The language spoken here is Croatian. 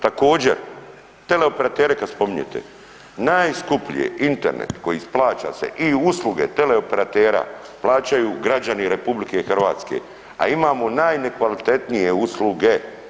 Također teleoperatere kad spominjete, najskuplje Internet koji plaća se i usluge teleoperatera plaćaju građani RH, a imamo najnekvalitetnije usluge.